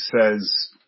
says